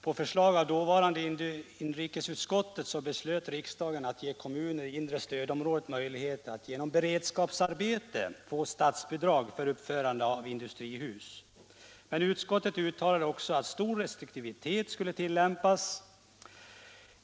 På förslag av dåvarande inrikesutskottet beslöt riksdagen att ge kommuner i inre stödområdet möjligheter att genom beredskapsarbete få statsbidrag för uppförande av industrihus. Men utskottet uttalade också att stor restriktivitet skulle iakttas.